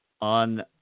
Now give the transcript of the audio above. on